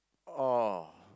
oh